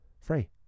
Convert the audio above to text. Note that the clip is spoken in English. Free